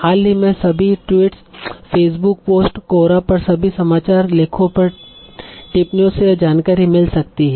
हाल ही में सभी ट्वीट्स फेसबुक पोस्ट कोरा पर सभी समाचार लेखों पर टिप्पणियाँ से यह जानकारी मिल सकती है